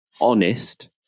honest